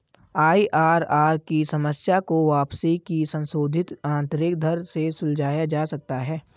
IRR की समस्या को वापसी की संशोधित आंतरिक दर से सुलझाया जा सकता है